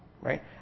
right